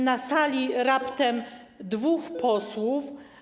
Na sali raptem dwóch posłów.